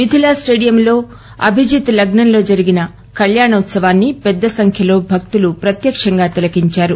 మిథిలా స్లేడియంలో అభిజత్ లగ్నంలో జరిగిన కళ్యాణోత్సవాన్ని పెద్దసంఖ్యలో భక్తులు ప్రత్యక్షంగా తికించారు